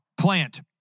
plant